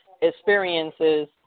experiences